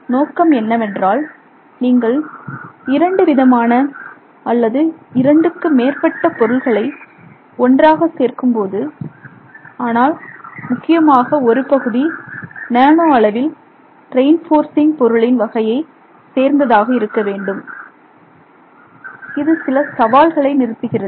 நோக்கம் என்னவென்றால் நீங்கள் இரண்டு விதமான அல்லது இரண்டுக்கு மேற்பட்ட பொருளைகளை ஒன்றாக சேர்க்கும்போது ஆனால் முக்கியமாக ஒரு பகுதி நானோ அளவில் ரெயின் போர்ஸிங் பொருளின் வகையை சேர்ந்ததாக இருக்க வேண்டும் இது சில சவால்களை நிறுத்துகிறது